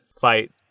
fight